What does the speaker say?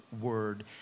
word